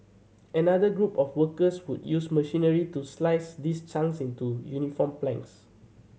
another group of workers would use machinery to slice these chunks into uniform planks